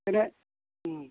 बेनो